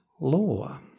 law